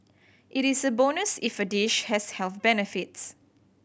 it is a bonus if a dish has health benefits